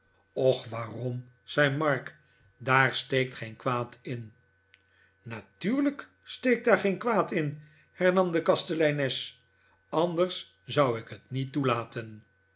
och waarom zei mark daar steekt geen kwaad in natuurlijk steekt daar geen kwaad in hernam de kasteleines anders zou ik het niet toelaten